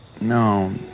No